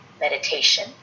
meditation